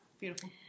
Beautiful